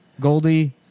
Goldie